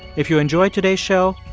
if you enjoyed today's show,